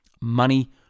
money